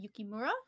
yukimura